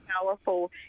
powerful